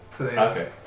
Okay